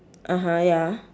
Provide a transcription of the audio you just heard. (uh huh) ya